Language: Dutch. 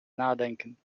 nadenken